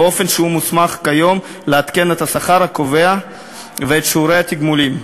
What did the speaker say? באופן שהוא מוסמך כיום לעדכן את השכר הקובע ואת שיעורי התגמולים.